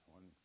One